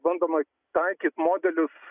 bandoma taikyt modelius